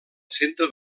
centre